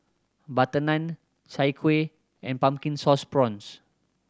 Butter Naan Chai Kuih and Pumpkin Sauce Prawns